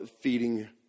feeding